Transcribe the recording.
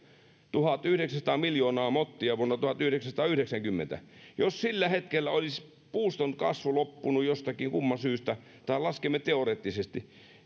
tuhatyhdeksänsataa miljoonaa mottia vuonna tuhatyhdeksänsataayhdeksänkymmentä jos sillä hetkellä olisi puuston kasvu loppunut jostakin kumman syystä tai laskemme niin teoreettisesti